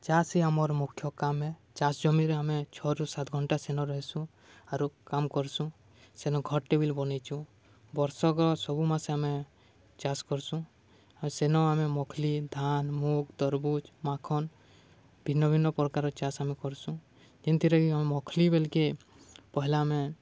ଚାଷ୍ ଆମର ମୁଖ୍ୟ କାମ୍ ହେ ଚାଷ୍ ଜମିରେ ଆମେ ଛଅରୁ ସାତ ଘଣ୍ଟା ସେନ ରହିଁସୁ ଆରୁ କାମ କରସୁଁ ସେନ ଘର୍ଟେ ବୋଲି ବନେଇଛୁଁ ବର୍ଷକ ସବୁ ମାସେ ଆମେ ଚାଷ୍ କରସୁଁ ଆଉ ସେନ ଆମେ ମଖଲି ଧାନ ମୁଗ ତରବୁଜ ମାଖନ ଭିନ୍ନ ଭିନ୍ନ ପ୍ରକାର ଚାଷ ଆମେ କରସୁଁ ଯେନ୍ଥିରେକି ଆମେ ମଖଲି ବେଲ୍କେ ପହିଲା ଆମେ